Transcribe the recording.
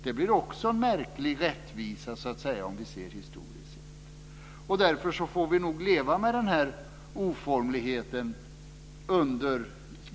Det blir också en märklig rättvisa om vi ser historiskt. Därför får vi nog leva med denna oformlighet.